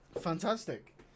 fantastic